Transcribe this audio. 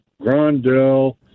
Grandel